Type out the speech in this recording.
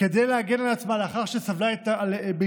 כדי להגן על עצמה לאחר שסבלה מהתנכלויות,